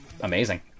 amazing